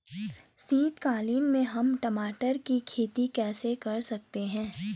शीतकालीन में हम टमाटर की खेती कैसे कर सकते हैं?